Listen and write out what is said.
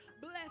bless